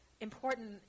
important